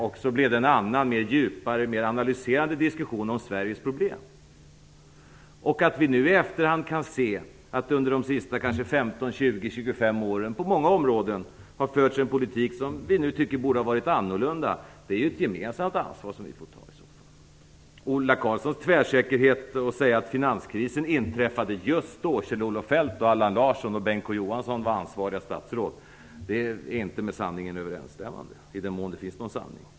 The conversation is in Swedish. Sedan blev det en annan, djupare, mer analyserande diskussion om Sveriges problem. Att vi i efterhand kan se att det under de senaste 15, 20, 25 åren på många områden har förts en politik som vi nu tycker borde ha varit annorlunda är ett gemensamt ansvar som vi får ta. Ola Karlssons tvärsäkerhet när han säger att finanskrisen inträffade just då Kjell-Olof Feldt, Allan Larsson och Bengt K Å Johansson var ansvariga statsråd är inte med sanningen överensstämmande, i den mån det finns någon sanning.